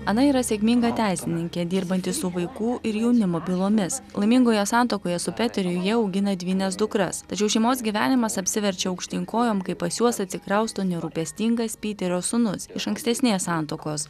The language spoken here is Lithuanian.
ana yra sėkminga teisininkė dirbanti su vaikų ir jaunimo bylomis laimingoje santuokoje su peteriu jie augina dvynes dukras tačiau šeimos gyvenimas apsiverčia aukštyn kojom kai pas juos atsikrausto nerūpestingas piterio sūnus iš ankstesnės santuokos